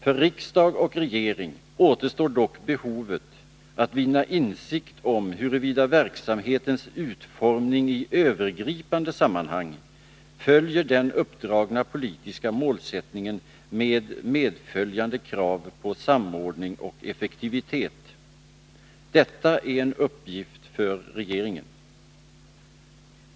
För riksdag och regering kvarstår dock behovet att vinna insikt om huruvida verksamhetens utformning i övergripande sammanhang följer den uppdragna politiska målsättningen med medföljande krav på samordning och effektivitet. Detta är en uppgift för regeringen.